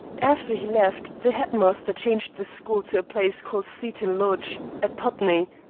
after he left, the headmaster changed the school to a place called seton lodge, at putney,